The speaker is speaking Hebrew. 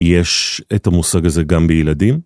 יש את המושג הזה גם בילדים?